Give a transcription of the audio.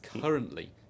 currently